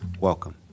welcome